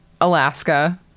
Alaska